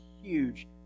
huge